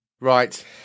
Right